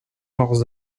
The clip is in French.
leurs